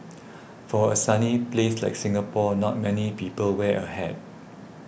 for a sunny place like Singapore not many people wear a hat